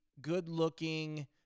good-looking